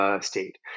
State